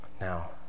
Now